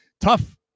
Tough